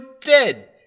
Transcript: dead